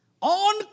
On